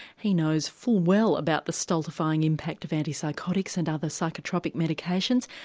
he knows full well about the stultifying impact of antipsychotics and other psychotropic medications.